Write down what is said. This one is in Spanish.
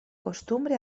costumbre